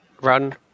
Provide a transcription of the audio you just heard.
run